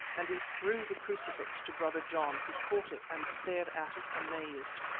and he threw the crucifix to brother john, who caught it and stared at it amazed.